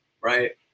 right